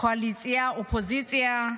בין קואליציה לאופוזיציה,